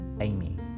Amy